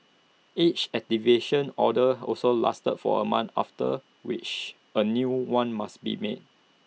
each activation order also lasts for A month after which A new one must be made